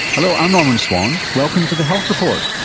hello, i'm norman swan. welcome to the health report.